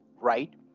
right